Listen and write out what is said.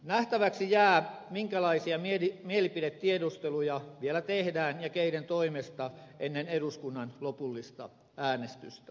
nähtäväksi jää minkälaisia mielipidetiedusteluja vielä tehdään ja keiden toimesta ennen eduskunnan lopullista äänestystä